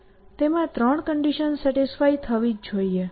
તેમાં ત્રણ conditions satisfy થવી જ જોઈએ